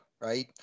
right